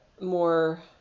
more